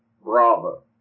Bravo